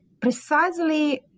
precisely